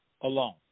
alone